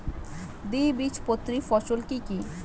দ্বিবীজপত্রী ফসল কি কি?